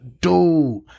dude